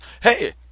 hey